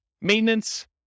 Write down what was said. maintenance